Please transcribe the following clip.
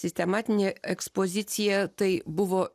sistematinė ekspozicija tai buvo